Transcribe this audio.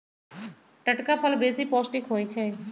टटका फल बेशी पौष्टिक होइ छइ